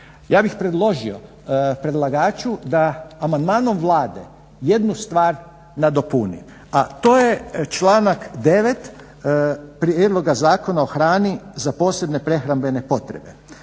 ja bih predložio predlagaču da amandmanom Vlade jednu stvar nadopuni a to je članak 9. Prijedloga zakona o hrani za posebne prehrambene potrebe